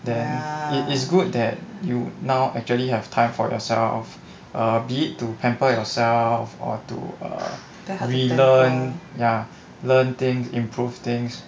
then it is good that you now actually have time for yourself err be it to pamper yourself or to err relearn ya learn things improve things